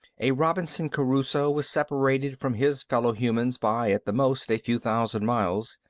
a robinson crusoe was separated from his fellow-humans by, at the most, a few thousand miles.